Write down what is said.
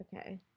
Okay